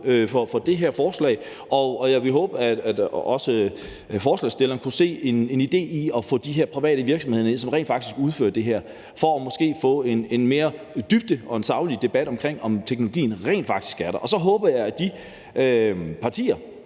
for det her forslag, og jeg vil håbe, at også forslagsstillerne kan se en idé i at få de her private virksomheder, som rent faktisk udfører det her, ind, for måske at få en mere dybdegående og saglig debat om, hvorvidt teknologien rent faktisk er der. Og så håber jeg, at de partier,